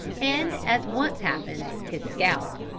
and as once happened his scalp.